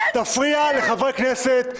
תפריע לחברי כנסת,